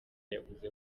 yavuze